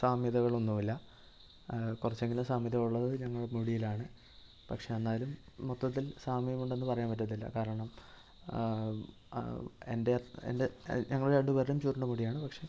സാമ്യതകളൊന്നുമില്ല കുറച്ചെങ്കിലും സാമ്യതകളുള്ളത് ഞങ്ങളുടെ മുടീലാണ് പക്ഷേ എന്നാലും മൊത്തത്തിൽ സാമ്യം ഉണ്ടെന്ന് പറയാൻ പറ്റത്തില്ല കാരണം എൻ്റെ എൻ്റെ ഞങ്ങളെ രണ്ട് പേർടേം ചുരുണ്ട മുടിയാണ് പക്ഷേ